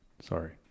Sorry